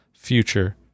future